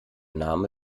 name